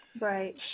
Right